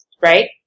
right